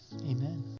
amen